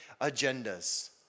agendas